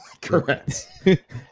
Correct